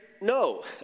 No